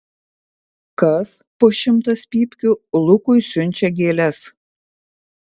kas po šimtas pypkių lukui siunčia gėles